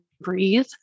breathe